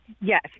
Yes